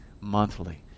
monthly